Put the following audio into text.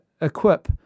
equip